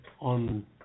on